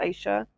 Asia